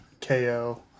KO